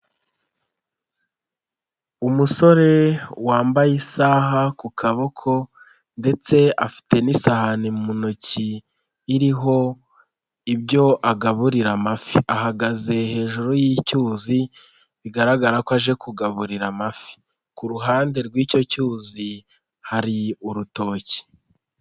Umusore wambaye isaha ku kaboko ndetse afite n'isahani mu ntoki iriho ibyo agaburira amafi, ahagaze hejuru y'icyuzi bigaragara ko aje kugaburira amafi, ku ruhande rw'icyo cyuzi hari urutoki.